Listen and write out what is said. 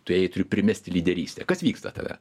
tų aitriu primesti lyderystę kas vyksta tada